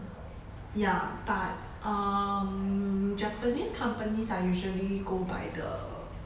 ya but um japanese companies are usually go by the